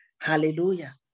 hallelujah